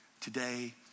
today